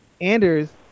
Anders